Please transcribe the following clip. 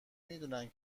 میدونن